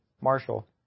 Marshall